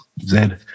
Zed